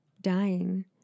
dying